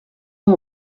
ans